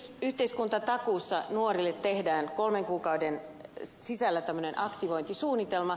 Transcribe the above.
yhteiskuntatakuussa nuorille tehdään kolmen kuukauden sisällä aktivointisuunnitelma